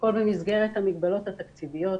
הכול במסגרת המגבלות התקציביות.